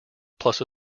plus